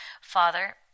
Father